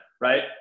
right